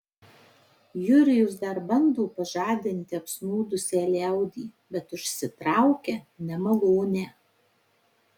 jurijus dar bando pažadinti apsnūdusią liaudį bet užsitraukia nemalonę